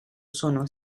sono